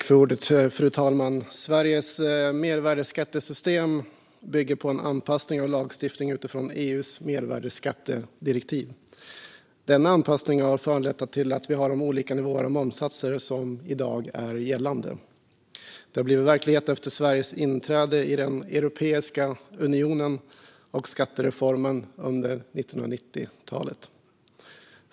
Fru talman! Sveriges mervärdesskattesystem bygger på en anpassning av lagstiftningen till EU:s mervärdesskattedirektiv. Denna anpassning har föranlett att vi har de olika nivåer av momssatser som i dag är gällande. Det blev verklighet efter Sveriges inträde i Europeiska unionen och skattereformen under 1990-talet.